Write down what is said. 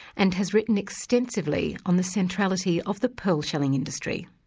and has written extensively on the centrality of the pearl shelling industry.